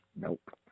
Nope